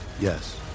Yes